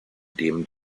dem